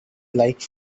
like